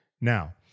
now